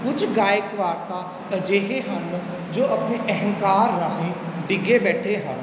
ਕੁਝ ਗਾਇਕ ਵਾਰਤਾ ਅਜਿਹੇ ਹਨ ਜੋ ਆਪਣੇ ਅਹੰਕਾਰ ਰਾਹੀਂ ਡਿੱਗੇ ਬੈਠੇ ਹਨ